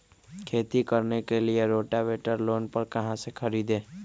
खेती करने के लिए रोटावेटर लोन पर कहाँ से खरीदे?